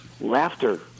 laughter